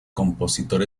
compositor